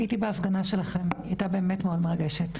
הייתי בהפגנה שלכן, היא הייתה באמת מאוד מרגש.